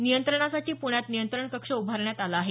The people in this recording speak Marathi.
नियंत्रणासाठी प्ण्यात नियंत्रण कक्ष उभारण्यात आला आहे